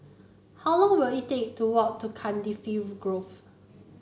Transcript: how long will it take to walk to Cardifi Grove